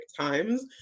times